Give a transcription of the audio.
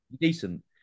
decent